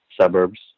suburbs